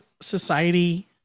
society